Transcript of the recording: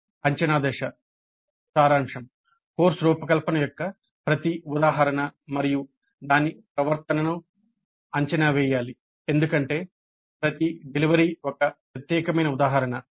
అంచనా దశ కోర్సు రూపకల్పన యొక్క ప్రతి ఉదాహరణ మరియు దాని ప్రవర్తనను అంచనా వేయాలి ఎందుకంటే ప్రతి డెలివరీ ఒక ప్రత్యేకమైన ఉదాహరణ